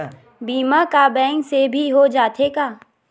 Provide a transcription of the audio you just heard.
बीमा का बैंक से भी हो जाथे का?